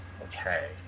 Okay